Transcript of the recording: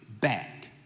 back